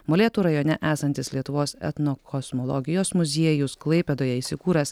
molėtų rajone esantis lietuvos etnokosmologijos muziejus klaipėdoje įsikūręs